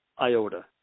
iota